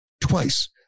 twice